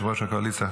יושב-ראש הקואליציה,